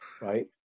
right